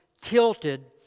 tilted